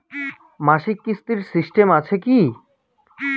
মাসিক কিস্তির সিস্টেম আছে কি?